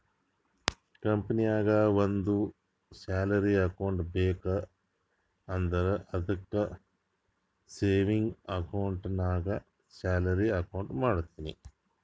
ಕಂಪನಿನಾಗ್ ಒಂದ್ salary account ಬೇಕ್ ಅಂದುರ್ ಅದ್ದುಕ್ ಸೇವಿಂಗ್ಸ್ ಅಕೌಂಟ್ಗೆ ಸ್ಯಾಲರಿ ಅಕೌಂಟ್ ಮಾಡಿನಿ